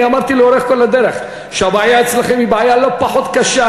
אני אמרתי לאורך כל הדרך שהבעיה אצלכם היא בעיה לא פחות קשה.